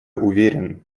уверен